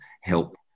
help